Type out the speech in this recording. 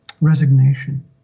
resignation